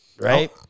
right